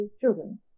children